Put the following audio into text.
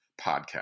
podcast